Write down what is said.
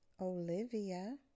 Olivia